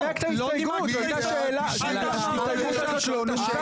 מי בעד הסתייגות 98 עד 100?